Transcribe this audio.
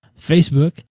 Facebook